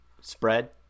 spread